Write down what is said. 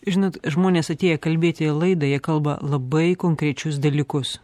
žinot žmonės atėję kalbėti į laidą jie kalba labai konkrečius dalykus